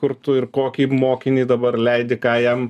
kur tu ir kokį mokinį dabar leidi ką jam